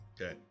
Okay